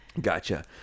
Gotcha